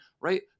right